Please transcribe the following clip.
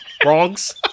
Bronx